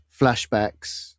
flashbacks